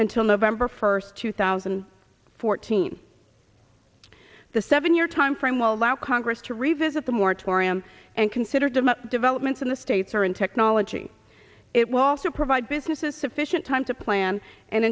until november first two thousand and fourteen the seven year timeframe will allow congress to revisit the moratorium and consider them up developments in the states or in technology it will also provide businesses sufficient time to plan and